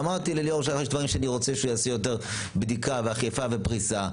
אמרתי לליאור שיש דברים שאני רוצה שהוא יעשה יותר בדיקה ואכיפה ופריסה,